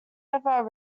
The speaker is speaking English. over